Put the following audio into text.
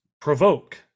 provoke